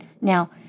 now